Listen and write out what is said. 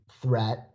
threat